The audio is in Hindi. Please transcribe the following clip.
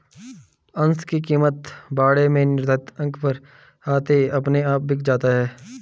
अंश की कीमत बाड़े में निर्धारित अंक पर आते ही अपने आप बिक जाता है